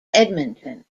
edmonton